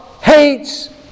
hates